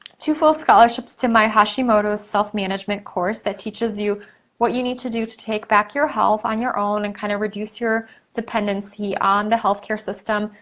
two full scholarships to my hashimoto's self management course that teaches you what you need to do to take back your health on your own and kinda kind of reduce your dependency on the healthcare system.